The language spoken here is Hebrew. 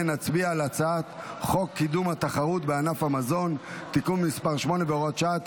נצביע על הצעת חוק קידום התחרות בענף המזון (תיקון מס' 8 והוראת שעה),